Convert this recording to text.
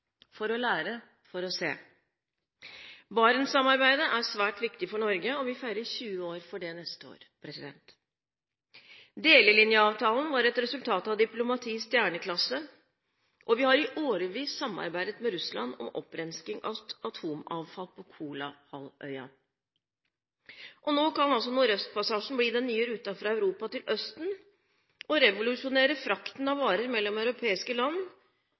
for å lære, for å se. Barentssamarbeidet er svært viktig for Norge, og vi feirer 20 år for det neste år. Delelinjeavtalen var et resultat av diplomati i stjerneklasse, og vi har i årevis samarbeidet med Russland om opprensking av atomavfall på Kolahalvøya. Og nå kan altså nordøstpassasjen bli den nye ruten fra Europa til Østen og revolusjonere frakten av varer mellom europeiske land